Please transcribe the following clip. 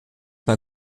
mal